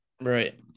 right